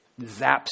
zaps